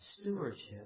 stewardship